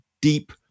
deep